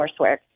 coursework